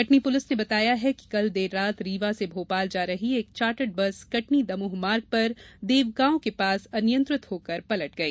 Katni police ने बताया कि कल देर रात रीवा से भोपाल जा रही एक चार्टर्ड बस कटनी दमोह मार्ग पर समीपी ग्राम देवगांव के पास अनियंत्रित होकर पलट गई